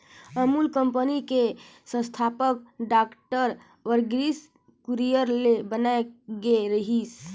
Amul company के संस्थापक doctor Verghese Kurien ल बनाए गे रिहिस